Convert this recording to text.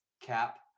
CAP